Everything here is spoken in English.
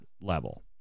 level